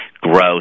growth